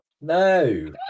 No